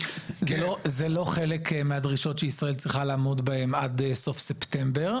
זה לא חלק מהדרישות שישראל צריכה לעמוד בהן עד סוף ספטמבר,